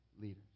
leaders